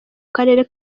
karere